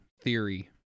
theory